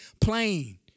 plain